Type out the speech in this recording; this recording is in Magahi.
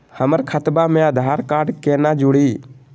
हमर खतवा मे आधार कार्ड केना जुड़ी?